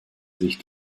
sich